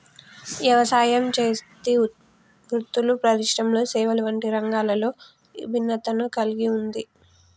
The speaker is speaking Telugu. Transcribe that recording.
యవసాయం, చేతి వృత్తులు పరిశ్రమలు సేవలు వంటి రంగాలలో ఇభిన్నతను కల్గి ఉంది